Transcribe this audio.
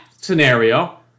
scenario